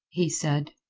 he said.